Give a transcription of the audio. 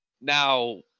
Now